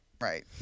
Right